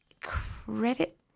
credit